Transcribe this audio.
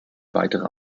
weitere